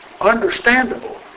understandable